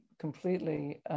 completely